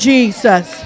Jesus